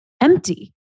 empty